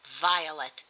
violet